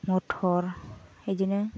मथर एदिनो